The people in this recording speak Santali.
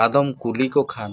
ᱟᱫᱚᱢ ᱠᱩᱞᱤ ᱠᱚ ᱠᱷᱟᱱ